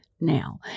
now